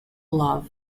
love